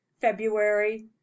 february